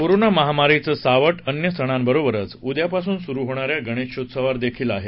corona महामारीचं सावट अन्य सणांबरोबरंच उद्यापासून सुरू होणऱ्या गणेशोत्सवावर देखील आहे